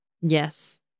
Yes